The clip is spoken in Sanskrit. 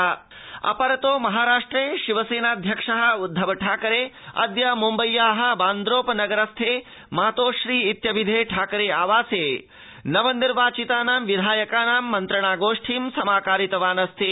महाराष्ट्रमनूतनप्रशासनम् अपरतो महाराष्ट्रे शिवसेनाध्यक्षः उद्धव ठाकरे अद्य मुम्बय्याः बान्द्रोपनगरस्थे मातोश्री इत्यभिधे ठाकरे आवासे नवनिर्वाचितानां विधायकानां मन्त्रणागोष्ठीं समाकारितवान् अस्ति